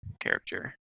character